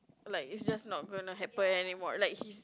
like it's just not gonna happen anymore like he's